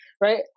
Right